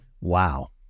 Wow